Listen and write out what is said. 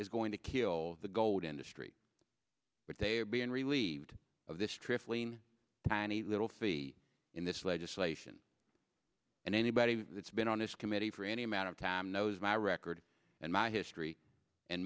is going to kill the gold industry but they are being relieved of this trickling tiny little fee in this legislation and anybody that's been on this committee for any amount of time knows my record and my history and